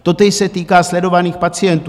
Totéž se týká sledovaných pacientů.